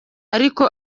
ariko